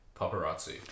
Paparazzi